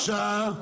בבקשה.